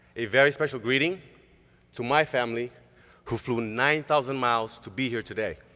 a very special greeting to my family who flew nine thousand miles to be here today.